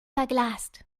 verglast